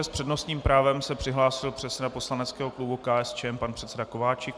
S přednostním právem se přihlásil předseda poslaneckého klubu KSČM pan předseda Kováčik.